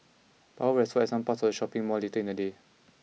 power was restored at some parts of the shopping mall later in the day